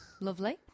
Lovely